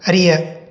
அறிய